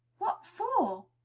what for?